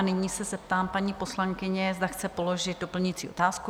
Nyní se zeptám paní poslankyně, zda chce položit doplňující otázku?